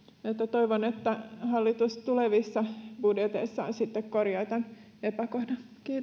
toivon että hallitus tulevissa budjeteissaan sitten korjaa tämän epäkohdan